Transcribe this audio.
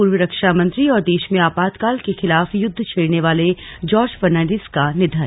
पूर्व रक्षा मंत्री और देश में आपातकाल के खिलाफ युद्ध छेड़ने वाले जॉर्ज फर्नान्डीज का निधन